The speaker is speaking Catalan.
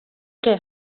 què